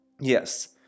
yes